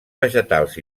vegetals